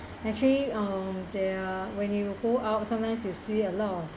actually um there are when you go out sometimes you see a lot of